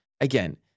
Again